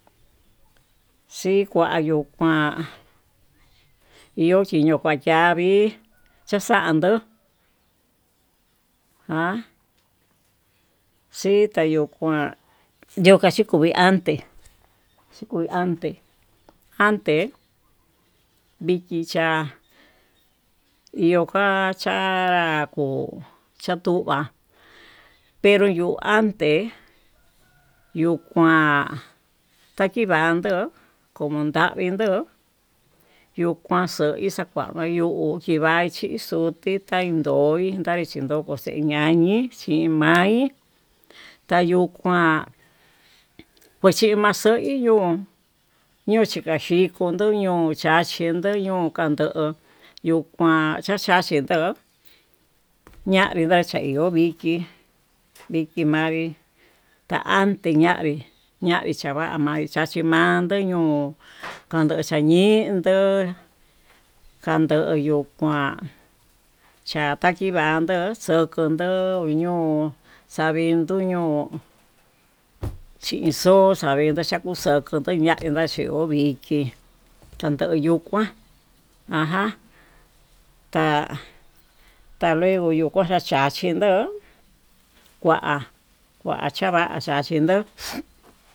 Xhikuayu kuán iho chiño kua ya'a vii chaxando ján, xhitayuu kuan yo'o ka'a xhitayo anté chikui ante ante'e viki cha'a iho kua cha'a ko'o chato há pero yuu ante, yuu kuan takivandó kondavii ndo'ó yo'o kuan xakuan xayo'ó kivate xoche ta'í indo'i kuatuu xeña'a ñanii xhí ma'í takuñi xhii ma'í tayuu kuan kaxii maxoiyo ñoxhikachindo yo'o kondo ya'á, kachindo yuu kandó yuu kuan xaxhaxhin ndo'ó ñavii ndachaió vikii vikii manrí kande ñavii ñavii chava'a kande ñandó ñoo kaxhi tañindo, kandoyu kuán chatakivando xo'o kondo ho ñoo xa'avindo ñoo chixo xavindo koto ña'a tevachio vikii, xanda yuu kuan ta taluego yuu kuaxhaxhián achindo kuá kua chanva'a chachindó.